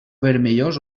vermellós